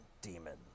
demon